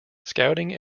scouting